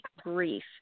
grief